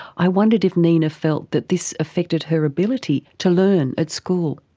i wondered if nina felt that this affected her ability to learn at school.